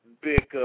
big